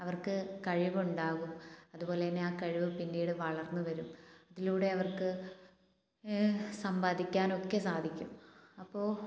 അവർക്ക് കഴിവുണ്ടാകും അതുപോലെതന്നെ ആ കഴിവ് പിന്നീട് വളർന്ന് വരും അതിലൂടെ അവർക്ക് സമ്പാദിക്കാനൊക്കെ സാധിക്കും അപ്പോൾ